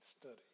study